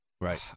right